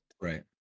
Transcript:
right